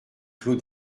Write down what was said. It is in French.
clos